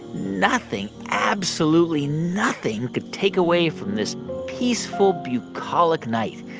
nothing, absolutely nothing could take away from this peaceful, bucolic night.